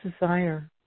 desire